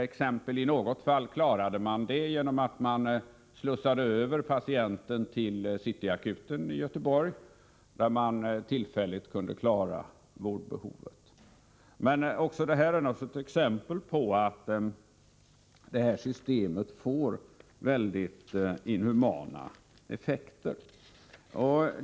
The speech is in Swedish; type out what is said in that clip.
En del har man klarat genom att slussa över patienten till Cityakuten i Göteborg. På det sättet kunde vårdbehovet tillfälligt klaras. Detta är naturligtvis också ett exempel på att det här systemet får väldigt inhumana effekter.